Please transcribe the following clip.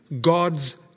God's